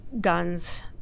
guns